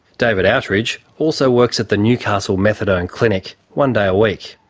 david outridge also works at the newcastle methadone clinic one day a week.